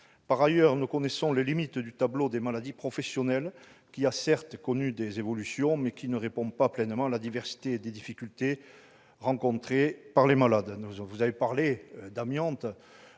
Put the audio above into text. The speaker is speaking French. Par ailleurs, nous connaissons les limites du tableau des maladies professionnelles, qui a certes connu des évolutions, mais qui ne répond pas pleinement à la diversité des difficultés rencontrées par les malades. Vous avez parlé de l'amiante.